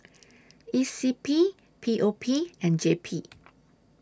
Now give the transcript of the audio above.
E C P P O P and J P